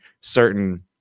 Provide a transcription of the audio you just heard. certain